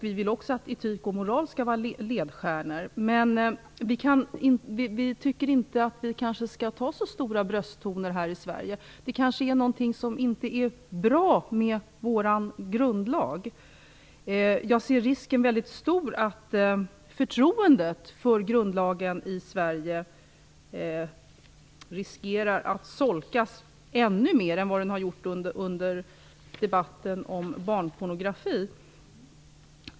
Vi vill också att etik och moral skall vara ledstjärnor. Men vi tycker att vi kanske inte skall ta till så stora brösttoner här i Sverige. Det kanske är något som inte är bra med vår grundlag. Jag ser en väldigt stor risk för att förtroendet för grundlagen i Sverige solkas ännu mer än vad det har gjort under debatten om barnpornografi.